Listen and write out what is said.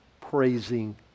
praising